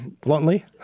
bluntly